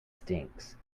stinks